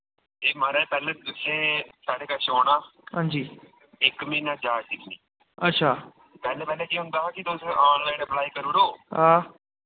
हांजी अच्छा हां